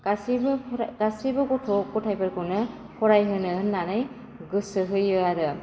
गासैबो गासैबो गथ' गथायफोरखौनो फरायहोनो होन्नानै गोसो होयो आरो